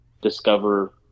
discover